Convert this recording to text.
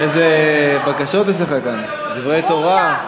איזה בקשות יש לך כאן, דברי תורה.